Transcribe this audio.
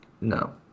no